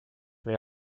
või